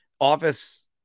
office